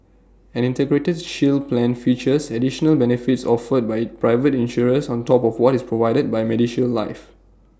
an integrated shield plan features additional benefits offered by private insurers on top of what is provided by medishield life